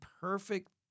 perfect